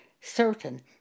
certain